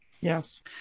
Yes